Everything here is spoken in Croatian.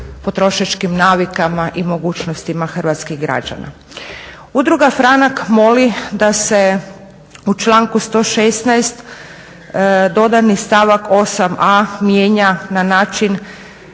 potrošačkim navikama i mogućnostima hrvatskih građana. Udruga Franak" moli da se u članku 116. dodani stavak 8. a mijenja na način